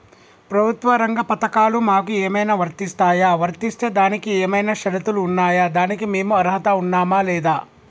ప్రభుత్వ రంగ పథకాలు మాకు ఏమైనా వర్తిస్తాయా? వర్తిస్తే దానికి ఏమైనా షరతులు ఉన్నాయా? దానికి మేము అర్హత ఉన్నామా లేదా?